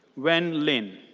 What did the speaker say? wen lin.